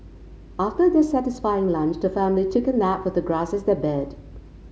after their satisfying lunch the family took a nap with the grass as their bed